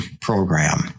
program